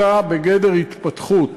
אלא בגדר התפתחות.